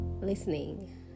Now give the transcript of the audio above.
listening